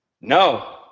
No